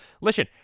Listen